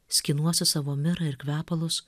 skinuosi savo mirą ir kvepalus